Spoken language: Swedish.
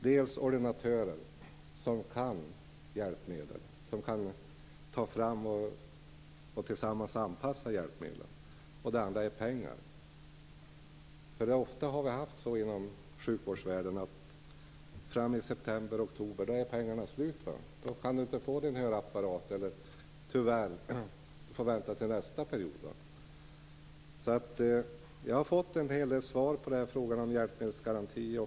Den ena var ordinatören, som kan ta fram och anpassa hjälpmedlen, och det andra var pengar. Ofta har det i sjukvårdsvärlden varit så att pengarna är slut i september eller oktober. Då kan man inte få sin hörapparat utan måste vänta till nästa period. Jag har fått en hel del svar på frågorna om hjälpmedelsgarantin.